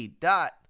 DOT